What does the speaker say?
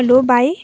hello भाइ